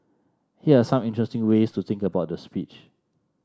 here are some interesting ways to think about the speech